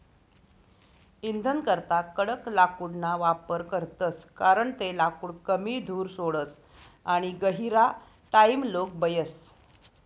इंधनकरता कडक लाकूडना वापर करतस कारण ते लाकूड कमी धूर सोडस आणि गहिरा टाइमलोग बयस